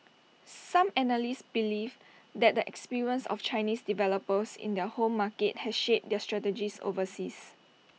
some analysts believe that the experience of Chinese developers in their home market has shaped their strategies overseas